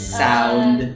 sound